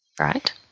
Right